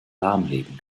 lahmlegen